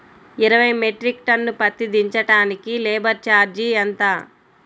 ఇరవై metric ton పత్తి దించటానికి లేబర్ ఛార్జీ ఎంత?